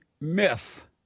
Myth